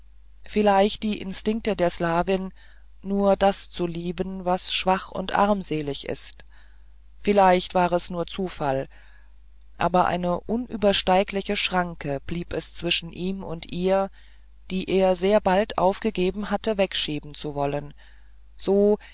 vielleicht die instinkte der slawin nur das zu lieben was schwach und armselig ist vielleicht war es nur zufall aber eine unübersteigliche schranke blieb es zwischen ihm und ihr die er sehr bald aufgegeben hatte wegschieben zu wollen so